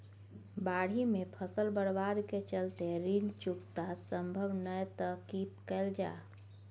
बाढि में फसल बर्बाद के चलते ऋण चुकता सम्भव नय त की कैल जा?